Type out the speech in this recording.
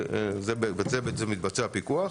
ובזה מתבצע הפיקוח.